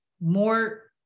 more